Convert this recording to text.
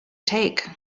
take